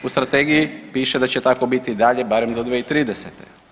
U Strategiji piše da će tako biti i dalje, barem do 2030.